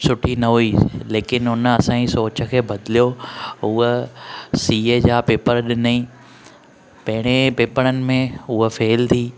सुठी न हुई लेकिन हुन असांजी सोच खे बदिलियो हुअ सी ए जा पेपर ॾिनईं पहिरीं पेपरनि में हुअ फेल थी